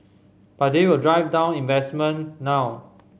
but they will drive down investment now